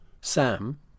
Sam